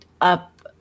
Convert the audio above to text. up